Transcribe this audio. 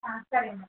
சரிங்க